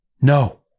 No